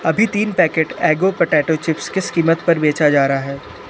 अभी तीन पैकेट एगो पोटैटो चिप्स किस कीमत पर बेचा जा रहा है